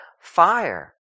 fire